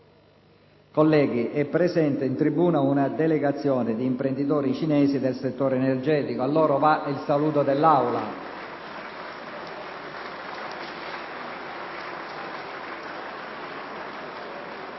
Colleghi, e` presente in tribuna una delegazione di imprenditori cinesi del settore energetico. A loro va il saluto dell’Assemblea.